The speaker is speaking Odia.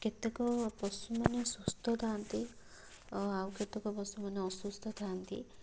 କେତେକ ପଶୁମାନେ ସୁସ୍ଥ ଥାଆନ୍ତି ଆଉ କେତେକ ପଶୁମାନେ ଅସୁସ୍ଥ ଥାଆନ୍ତି